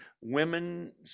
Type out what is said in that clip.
women